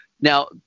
Now